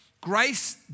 grace